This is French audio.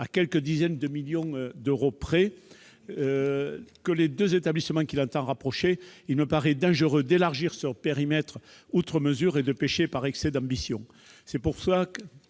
à quelques dizaines de millions d'euros près, que les deux établissements qu'il entend rapprocher, il me paraît dangereux d'élargir ce périmètre outre mesure et de pécher par excès d'ambition.